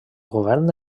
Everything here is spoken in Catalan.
govern